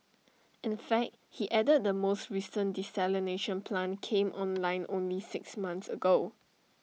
in fact he added the most recent desalination plant came online only six months ago